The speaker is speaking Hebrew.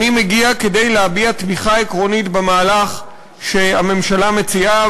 אני מגיע כדי להביע תמיכה עקרונית במהלך שהממשלה מציעה,